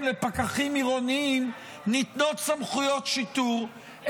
לפקחים עירוניים ניתנות סמכויות שיטור,